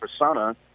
persona